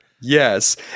Yes